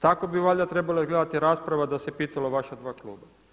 Tako bi valjda trebala izgledati rasprava da se pitala vaša dva kluba.